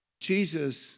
Jesus